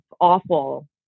awful